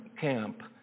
camp